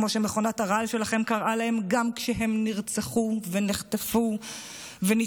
כמו שמכונת הרעל שלכם קראה להם גם כשהם נרצחו ונחטפו ונטבחו,